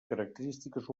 característiques